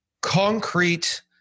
concrete